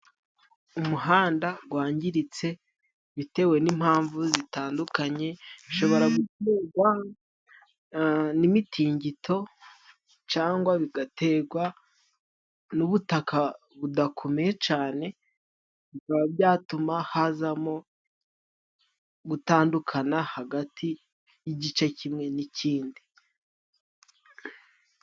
Umuhanda gwangiritse bitewe n'impamvu zitandukanye, bishobora gutegwa n'imitingito cangwa bigategwa n'ubutaka budakomeye, cane bikaba byatuma hazamo gutandukana hagati y'igice kimwe n'ikindi.